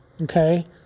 Okay